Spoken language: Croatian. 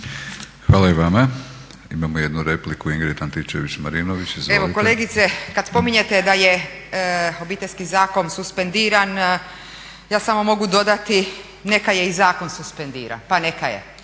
Hvala i vama. Imamo jednu repliku Ingrid Antičević-Marinović. Izvolite. **Antičević Marinović, Ingrid (SDP)** Evo kolegice kad spominjete da je Obiteljski zakon suspendiran ja samo mogu dodati neka je i zakon suspendiran, pa neka je.